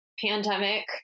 pandemic